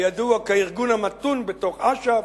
הידוע כארגון המתון בתוך אש"ף,